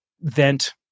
vent